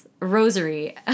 rosary